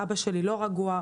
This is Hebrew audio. אבא שלי לא רגוע,